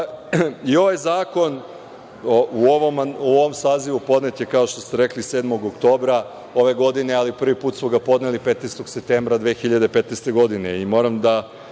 I ovaj zakon u ovom sazivu podnet je, kao što ste rekli, 7. oktobra ove godine, ali prvi put smo ga podneli 15. septembra 2015. godine.